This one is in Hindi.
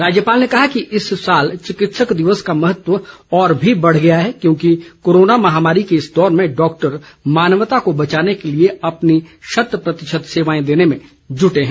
राज्यपाल ने कहा कि इस साल चिकित्सक दिवस का महत्व और भी बढ़ गया है क्योंकि कोरोना महामारी के इस दौर में डॉक्टर मानवता को बचाने के लिए अपनी शत प्रतिशत सेवाएं देने में जुटे हैं